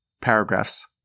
paragraphs